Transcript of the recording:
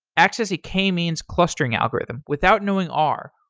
access a k-means clustering algorithm without knowing r,